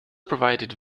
provided